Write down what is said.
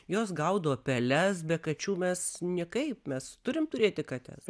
jos gaudo peles be kačių mes niekaip mes turim turėti kates